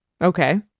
Okay